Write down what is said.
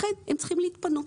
לכן הם צריכים להתפנות,